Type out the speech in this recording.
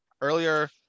earlier